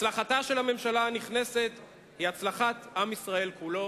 הצלחתה של הממשלה הנכנסת היא הצלחת עם ישראל כולו.